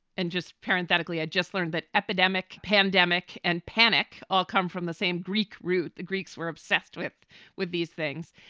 and just parenthetically, i just learned that epidemic, pandemic and panic all come from the same greek root. the greeks were obsessed with with these things.